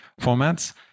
formats